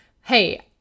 hey